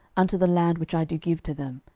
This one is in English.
unto the land which i do give to them,